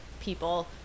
people